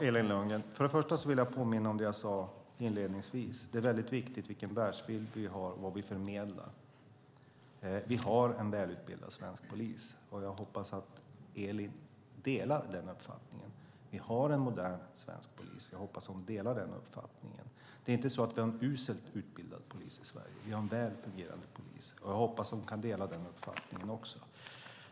Herr talman! Först vill jag påminna om det jag sade inledningsvis. Det är väldigt viktigt vilken världsbild vi har och vad vi förmedlar. Vi har en välutbildad svensk polis. Jag hoppas att Elin delar den uppfattningen. Vi har en modern svensk polis. Jag hoppas att hon delar den uppfattningen. Det är inte så att vi har en uselt utbildad polis i Sverige. Vi har en väl fungerande polis. Jag hoppas att hon också kan dela den uppfattningen.